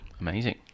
amazing